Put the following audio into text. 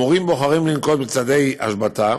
המורים בוחרים לנקוט צעדי השבתה,